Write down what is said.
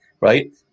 right